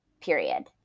period